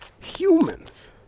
Humans